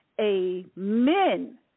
Amen